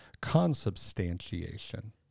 consubstantiation